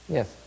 Yes